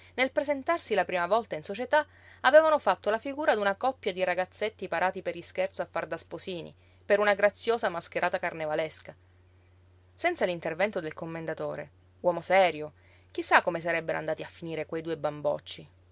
nel presentarsi la prima volta in società avevano fatto la figura d'una coppia di ragazzetti parati per ischerzo a far da sposini per una graziosa mascherata carnevalesca senza l'intervento del commendatore uomo serio chi sa come sarebbero andati a finire quei due bambocci